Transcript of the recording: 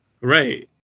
Right